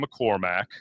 McCormack